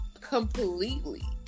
completely